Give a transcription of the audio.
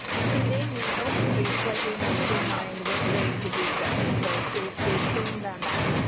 including, we hope a slightly more streamlined way to do. so so please stay tuned on that.